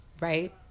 right